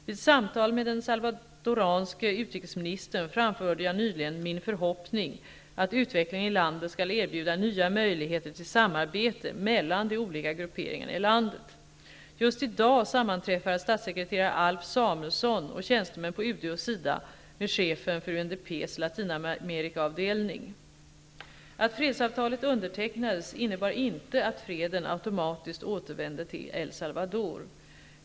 Vid samtal med den salvadoranske utrikesministern framförde jag nyligen min förhoppning att utvecklingen i landet skall erbjuda nya möjligheter till samarbete mellan de olika grupperingarna i landet. Just i dag sammanträffar statssekreterare Alf Samuelsson och tjänstemän på Att fredsavtalet undertecknades innebar inte att freden automatiskt återvände till El Salvador.